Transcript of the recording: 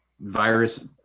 virus